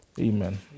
Amen